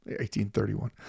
1831